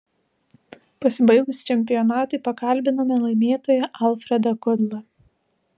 pasibaigus čempionatui pakalbinome laimėtoją alfredą kudlą